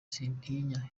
sintinya